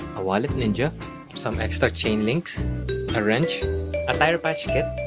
a wallet ninja some extra chain links a wrench a tire patch kit